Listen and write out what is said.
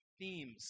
themes